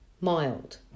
mild